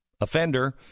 offender